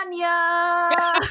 Tanya